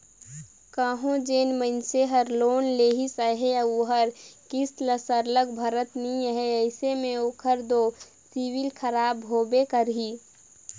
कहों जेन मइनसे हर लोन लेहिस अहे अउ ओहर किस्त ल सरलग भरत नी हे अइसे में ओकर दो सिविल खराब होबे करही